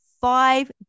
five